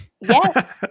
Yes